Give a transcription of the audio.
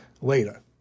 later